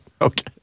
Okay